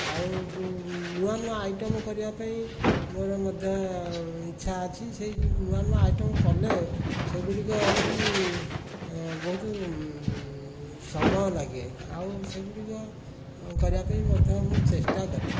ଆଉ ଯେଉଁ ନୂଆ ନୂଆ ଆଇଟମ୍ କରିବା ପାଇଁ ମୋର ମଧ୍ୟ ଇଛା ଅଛି ସେହି ନୂଆ ନୂଆ ଆଇଟମ୍ କଲେ ସେଗୁଡ଼ିକ ହେଉଛି ବହୁତ ସମୟ ଲାଗେ ଆଉ ସେଗୁଡ଼ିକ କରିବା ପାଇଁ ମଧ୍ୟ ମୁଁ ଚେଷ୍ଟା କରେ